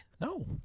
No